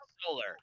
solar